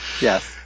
Yes